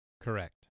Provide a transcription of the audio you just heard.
Correct